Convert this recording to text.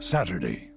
Saturday